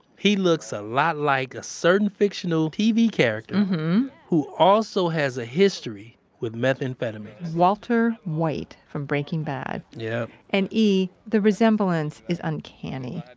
he looks ah like a certain fictional tv character who also has a history with methamphetamines walter white from breaking bad yep and e, the resemblance is uncanny.